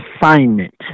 assignment